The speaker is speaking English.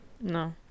no